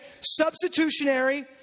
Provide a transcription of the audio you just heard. Substitutionary